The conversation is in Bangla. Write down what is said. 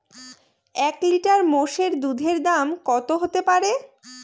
এক লিটার মোষের দুধের দাম কত হতেপারে?